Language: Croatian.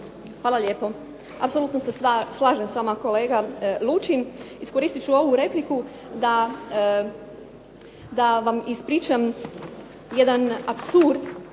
Hvala lijepo. Apsolutno se slažem s vama kolega Lučin. Iskoristit ću ovu repliku da vam ispričam jedan apsurd